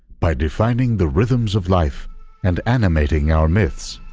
by defining the rhythms of life and animating our myths.